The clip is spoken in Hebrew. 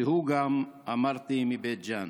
שהוא גם אמרתי, מבית ג'ן.